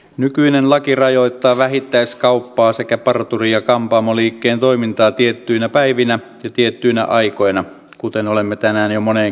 nykyinen laki rajoittaa vähittäiskauppaa sekä parturi ja kampaamoliikkeen toimintaa tiettyinä päivinä ja tiettyinä aikoina kuten olemme tänään jo moneen kertaan kuulleet